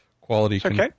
quality